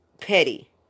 petty